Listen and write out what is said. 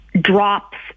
drops